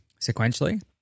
sequentially